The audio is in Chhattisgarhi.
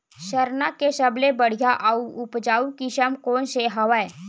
सरना के सबले बढ़िया आऊ उपजाऊ किसम कोन से हवय?